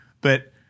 but-